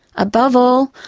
above all,